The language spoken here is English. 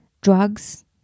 drugs